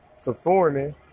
performing